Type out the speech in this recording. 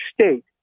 State